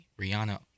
rihanna